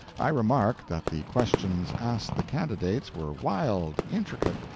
i remarked that the questions asked the candidates were wild, intricate,